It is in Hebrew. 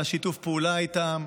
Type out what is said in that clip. על שיתוף הפעולה איתם.